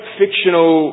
fictional